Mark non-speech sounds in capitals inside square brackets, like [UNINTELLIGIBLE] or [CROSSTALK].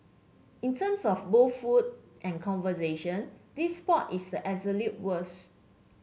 in terms of both food and conversation this spot is the [UNINTELLIGIBLE] worst